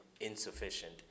insufficient